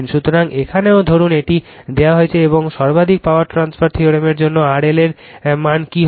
সুতরাং এখানেও ধরুন এটি দেওয়া হয়েছে এবং তারপর সর্বাধিক পাওয়ার ট্রান্সফার থিওরেমের জন্য RL এর মান কী হবে